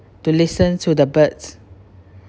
to listen to the birds